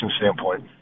standpoint